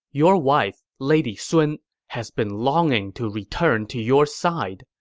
your wife lady sun has been longing to return to your side.